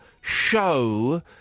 show